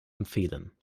empfehlen